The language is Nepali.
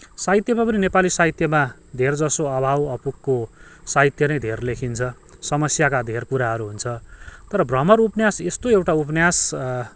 साहित्यमा पनि नेपाली साहित्यमा धेरैजसो अभाव अपुगको साहित्य नै धेरै लेखिन्छ समस्याका धेर कुराहरू हुन्छ तर भ्रमर उपन्यास यस्तो एउटा उपन्यास